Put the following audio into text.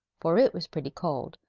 for it was pretty cold,